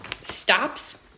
stops